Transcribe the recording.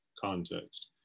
context